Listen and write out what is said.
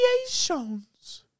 creations